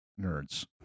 nerds